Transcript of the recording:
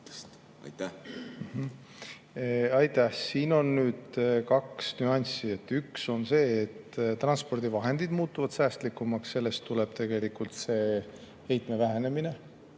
Aitäh! Siin on kaks nüanssi. Üks on see, et transpordivahendid muutuvad säästlikumaks, sellest tuleb tegelikult see heitme vähenemine.